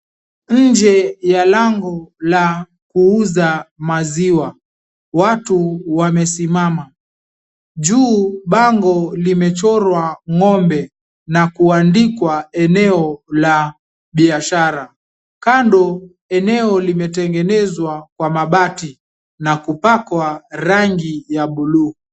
Nje ya lango la kuuza maziwa, watu wamesimama, juu bango limechorwa ng'ombe na kuandikwa eneo la biashara, kando eneo limetengenezwa kwa mabati na kupakwa rangi ya buluu.